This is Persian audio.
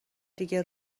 دیگه